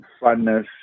funness